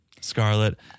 Scarlet